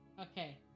Okay